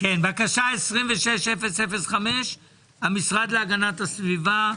פנייה 26005 המשרד להגנת הסביבה,